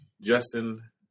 Justin